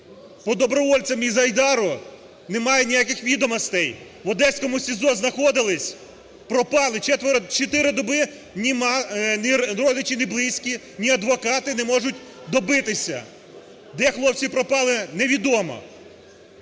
по добровольцям із "Айдару" немає ніяких відомостей, в одеському СІЗО знаходились, пропали четверо… чотири доби ні родичі, ні близькі, ні адвокати не можуть добитися, де хлопці пропали невідомо.